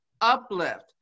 uplift